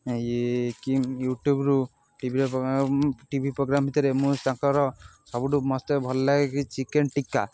ଇଏ କି ୟୁଟ୍ୟୁବରୁ ଟିଭି ଟିଭି ପ୍ରୋଗ୍ରାମ ଭିତରେ ମୁଁ ତାଙ୍କର ସବୁଠୁ ମୋତେ ଭଲ ଲାଗେ କି ଚିକେନ ଟିକା